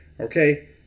Okay